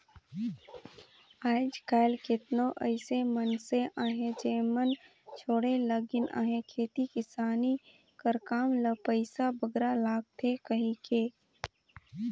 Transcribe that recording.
आएज काएल केतनो अइसे मइनसे अहें जेमन छोंड़े लगिन अहें खेती किसानी कर काम ल पइसा बगरा लागथे कहिके